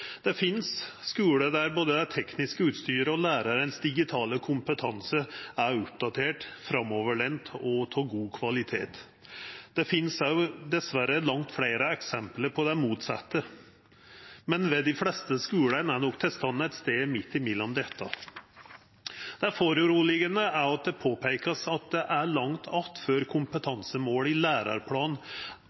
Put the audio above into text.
Det finst skular der både det tekniske utstyret og lærarens digitale kompetanse er oppdatert, framoverlent og av god kvalitet. Det finst dessverre òg langt fleire eksempel på det motsette, men ved dei fleste skulane er nok tilstanden ein stad midt imellom. Det er òg urovekkjande at ein påpeikar at det er langt att før kompetansemåla i lærarplanen